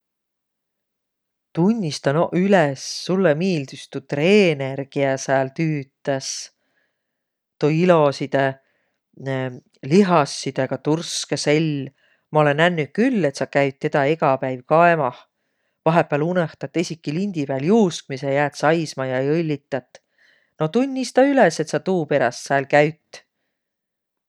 Tunnistaq no üles, suulõ miildüs tuu treener, kiä sääl tüütäs! Tuu ilosidõ lihassidõga turskõ sell. Ma olõ nõnnüq külh, et sa käüt tedä egä päiv kaemah. Vahepääl unõhtat esiki lindi pääl juuskmisõ, jäät saisma ja jõllitat. No tunnistaq üles, et sa tuuperäst saal käüt!